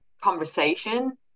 conversation